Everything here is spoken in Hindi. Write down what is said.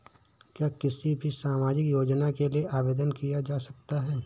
क्या किसी भी सामाजिक योजना के लिए आवेदन किया जा सकता है?